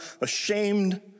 ashamed